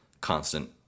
constant